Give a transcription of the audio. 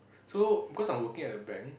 so because I'm working at the bank